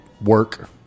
work